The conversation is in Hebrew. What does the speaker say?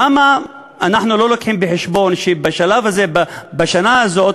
למה אנחנו לא מביאים בחשבון שבשלב הזה, בשנה הזאת,